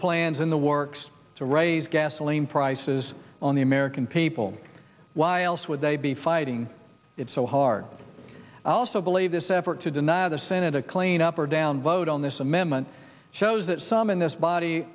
plans in the works to raise gasoline prices on the american people why else would they be fighting it so hard i also believe this effort to deny the senate a clean up or down vote on this amendment shows that some in this body